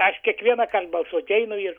aš kiekvieną kart balsuot einu ir